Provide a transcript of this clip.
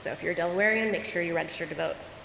so if you're a delawarean make sure you register to vote.